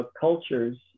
cultures